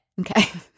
Okay